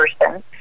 person